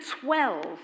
twelve